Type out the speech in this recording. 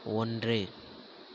ஒன்று